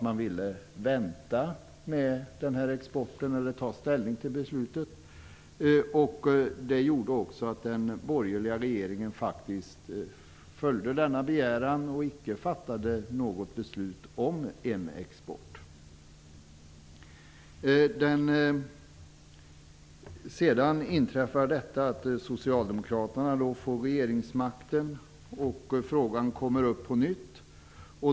Man ville vänta med att ta ställning till exporten. Det gjorde att den borgerliga regeringen följde denna begäran och inte fattade något beslut om en export. Sedan fick Socialdemokraterna regeringsmakten, och frågan kom upp på nytt.